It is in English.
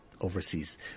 overseas